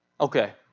Okay